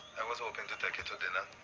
i was hoping to take you to dinner.